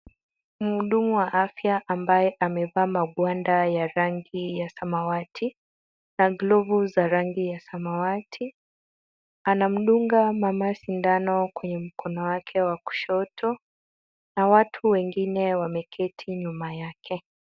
Muhudumu wa afya ambaye amevaa magwanda ya rangi ya samawati na glovu za rangi ya samawati anamdunga mama sindano kwenye mkono wake wa kushoto, na watu wengine wameketi nyuma yake.